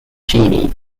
genie